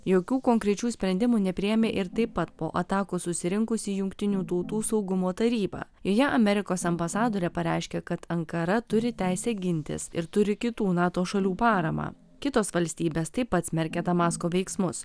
jokių konkrečių sprendimų nepriėmė ir taip pat po atakos susirinkusi jungtinių tautų saugumo taryba joje amerikos ambasadorė pareiškė kad ankara turi teisę gintis ir turi kitų nato šalių paramą kitos valstybės taip pat smerkė damasko veiksmus